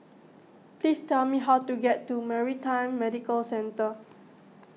please tell me how to get to Maritime Medical Centre